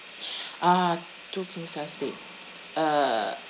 ah two king-sized bed uh